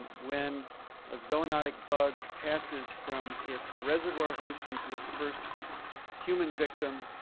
when a zoonotic bug passes from its reservoir host into its first human victim,